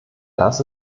das